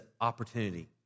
opportunity